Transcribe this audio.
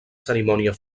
cerimònia